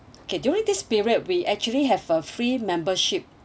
okay during this period we actually have a free membership